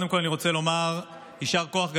קודם כול אני רוצה לומר יישר כוח גדול.